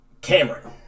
Cameron